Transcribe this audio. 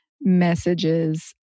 messages